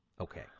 Okay